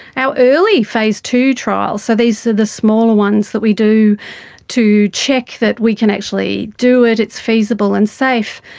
our early phase two trials, so these are the smaller ones that we do to check that we can actually do it, it's feasible and safe,